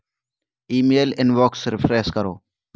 ई mail inbox refresh करो